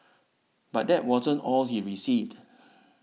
but that wasn't all he received